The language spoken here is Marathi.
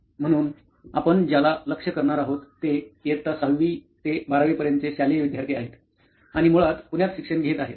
म्हणून आपण ज्याला लक्ष्य करणार आहोत ते इयत्ता 6 वी ते 12 वी पर्यंतचे शालेय विद्यार्थी आहेत आणि मुळात पुण्यात शिक्षण घेत आहेत